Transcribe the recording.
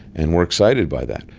and we are excited by that,